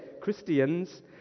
Christians